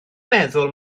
meddwl